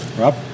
Rob